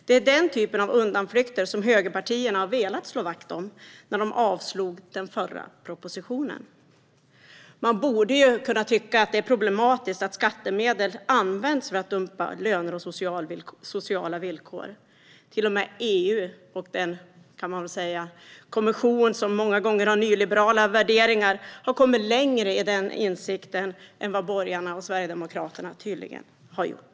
Det var den typen av undanflykter högerpartierna ville slå vakt om när de avslog den förra propositionen. Man borde tycka att det är problematiskt att skattemedel används för att dumpa löner och sociala villkor. Till och med EU och den kommission som många gånger kan sägas ha nyliberala värderingar har kommit längre i den insikten än borgarna och Sverigedemokraterna tydligen har gjort.